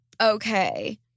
Okay